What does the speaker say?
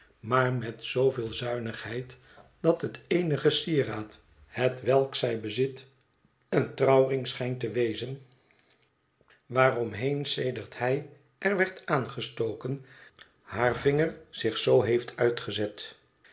maar met zooveel zuinigheid dat het eenige sieraad hetwelk zij bezit een trouwring schijnt te wezen waaromheen sedert hij er werd aangestoken haar vinger zich zoo heeft uitgezet